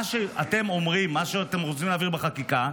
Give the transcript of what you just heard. מה שאתם אומרים, מה שאתם רוצים להעביר בחקיקה,